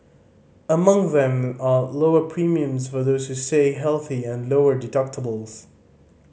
among them are lower premiums for those who stay healthy and lower deductibles